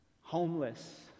Homeless